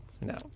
No